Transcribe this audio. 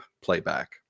playback